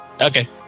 Okay